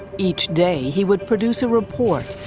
each day he would produce a report,